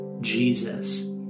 Jesus